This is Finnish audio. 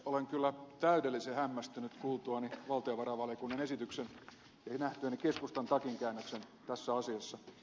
olen kyllä täydellisen hämmästynyt kuultuani valtiovarainvaliokunnan esityksen eli nähtyäni keskustan takinkäännöksen tässä asiassa